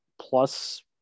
plus